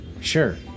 Sure